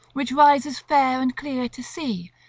which rises fair and clear to see,